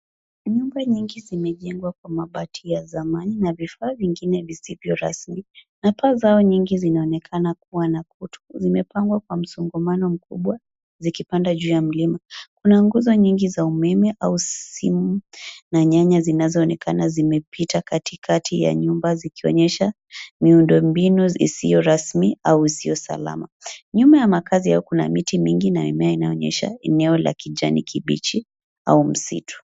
Nyumba nyingi zimejengwa kwa mabati ya zamani na vifaa vingine visivyo rasmi na paa zao nyingi zinaonekana kuwa na kutu. Zimepangwa kwa msongomano mkubwa, zikipanda juu ya mlima. Kuna nguzo nyingi za umeme au simu na nyanya zinazoonekana zimepita katikati ya nyumba zikionyesha miundombinu isiyo rasmi au isiyo salama. Nyuma ya makazi hayo kuna miti mingi na mimea inayoonyesha eneo la kijani kibichi au msitu.